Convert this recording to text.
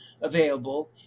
available